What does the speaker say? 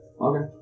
Okay